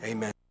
Amen